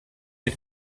had